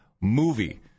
movie